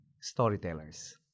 storytellers